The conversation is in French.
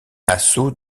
assaut